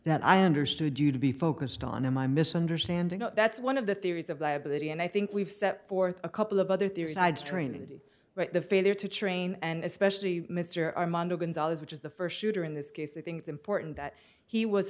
that i understood you to be focused on in my misunderstanding that's one of the theories of liability and i think we've set forth a couple of other theories i'd strain it but the failure to train and especially mr armando gonzalez which is the first shooter in this case i think it's important that he was